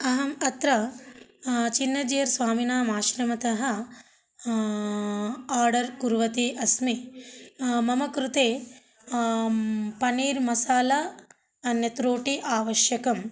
अहं अत्र चिन्नजियर् स्वामिनां आश्रमतः आर्डर् कुर्वती अस्मि मम कृते पनीर् मसाला अन्यत् रोटि आवश्यकं